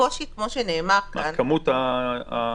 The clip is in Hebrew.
הקושי, כמו שנאמר כאן --- כמות היוזרים?